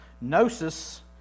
Gnosis